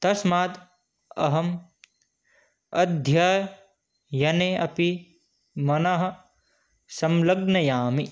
तस्मात् अहम् अध्ययने अपि मनः संलग्नयामि